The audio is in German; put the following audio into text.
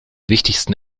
wichtigsten